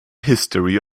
history